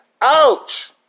ouch